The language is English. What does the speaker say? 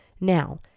Now